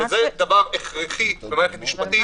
זה דבר הכרחי במערכת משפטית.